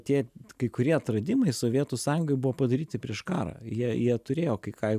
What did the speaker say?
tie kai kurie atradimai sovietų sąjungoj jau buvo padaryti prieš karą jie jie turėjo kai ką jau